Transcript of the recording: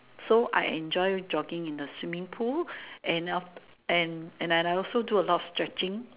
so I enjoy jogging in the swimming pool and I and I also do a lot stretching